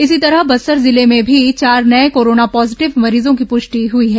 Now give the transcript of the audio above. इसी तरह बस्तर जिले में भी चार नये कोरोना पॉजीटिव मरीजों की पुष्टि हुई है